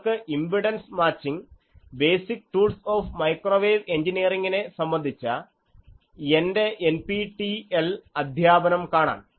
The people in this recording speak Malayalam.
നിങ്ങൾക്ക് impedance matching basic tools of microwave എഞ്ചിനിയറിംഗിനെ സംബന്ധിച്ച എൻറെ എൻപിടിഎൽ അധ്യാപനം കാണാം